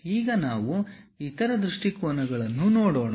ಈಗ ನಾವು ಇತರ ದೃಷ್ಟಿಕೋನಗಳನ್ನು ನೋಡೋಣ